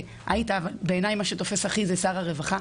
שמילאת אבל בעיניי מה שתופס הכי זה תפקידך כשר הרווחה.